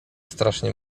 strasznie